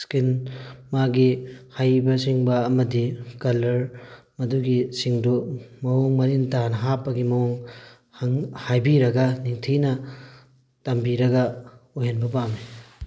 skill ꯃꯥꯒꯤ ꯍꯩꯕ ꯁꯤꯡꯕ ꯑꯃꯗꯤ ꯀꯂꯔ ꯃꯗꯨꯒꯤꯁꯤꯡꯗꯨ ꯃꯑꯣꯡ ꯃꯔꯤꯟ ꯇꯥꯅ ꯍꯥꯞꯄꯒꯤ ꯃꯑꯣꯡ ꯍꯥꯏꯕꯤꯔꯒ ꯅꯤꯡꯊꯤꯅ ꯇꯝꯕꯤꯔꯒ ꯑꯣꯏꯍꯟꯕ ꯄꯥꯝꯃꯤ